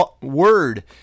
word